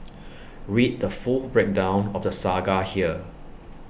read the full breakdown of the saga here